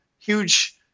huge